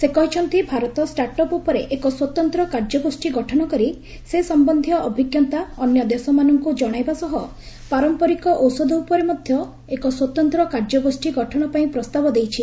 ସେ କହିଛନ୍ତି Bharat start up ଉପରେ ଏକ ସ୍ୱତନ୍ତ୍ର କାର୍ଯ୍ୟ ଗୋଷ୍ଠୀ ଗଠନ କରି ସେ ସମ୍ଭନ୍ଧୀୟ ଅଭିଜ୍ଞତା ଅନ୍ୟ ଦେଶମାନଙ୍କୁ ଜଣାଇବା ସହ ପାରମ୍ପରିକ ଔଷଧ ଉପରେ ମଧ୍ୟ ଏକ ସ୍ୱତନ୍ତ୍ର କାର୍ଯ୍ୟଗୋଷୀ ଗଠନ ପାଇଁ ପ୍ରସ୍ତାବ ଦେଇଛି